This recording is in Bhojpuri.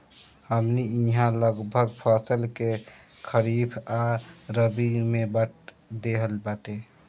हमनी इहाँ लगभग फसल के खरीफ आ रबी में बाँट देहल बाटे